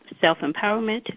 self-empowerment